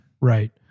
Right